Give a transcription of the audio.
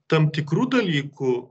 tam tikrų dalykų